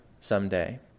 someday